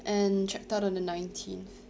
and checked out on the nineteenth